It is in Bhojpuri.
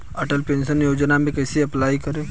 अटल पेंशन योजना मे कैसे अप्लाई करेम?